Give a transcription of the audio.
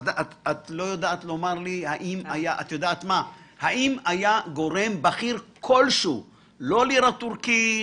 האם היה גורם אחר כלשהו - לא לירה טורקית,